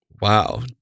Wow